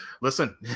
Listen